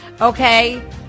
okay